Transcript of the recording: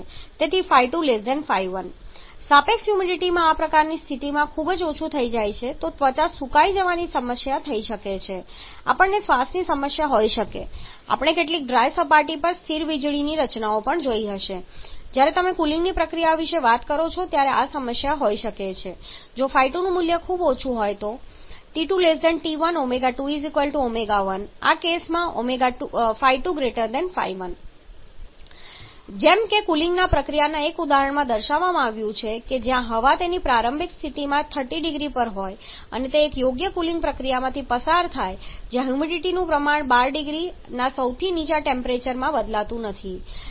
તેથી ϕ2 ϕ1 સાપેક્ષ હ્યુમિડિટીમાં આ પ્રકારની સ્થિતિમાં ખૂબ ઓછું થઈ જાય તો ત્વચા સૂકાઈ જવાની સમસ્યા થઈ શકે છે આપણને શ્વાસની સમસ્યા હોઈ શકે છે આપણે કેટલીક ડ્રાય સપાટી પર સ્થિર વીજળીની રચના પણ જોઈ હશેજ્યારે તમે કુલિંગની પ્રક્રિયા વિશે વાત કરો છો ત્યારે આ સમસ્યા થઈ શકે છે અને જો આ ϕ2 નું મૂલ્ય ખૂબ ઓછું થઈ જાય છે તો પછી T2 T1 ω2 ω1 આ કેસમાં ϕ2 ϕ1 જેમ કે કુલિંગ પ્રક્રિયાના એક ઉદાહરણમાં દર્શાવવામાં આવ્યું છે કે જ્યાં હવા તેની પ્રારંભિક સ્થિતિમાં 30 0C પર હોય છે અને તે એક યોગ્ય કુલિંગ પ્રક્રિયામાંથી પસાર થાય છે જ્યાં હ્યુમિડિટીનું પ્રમાણ 12 0Cના સૌથી નીચા અંતિમ ટેમ્પરેચરમાં બદલાતું નથી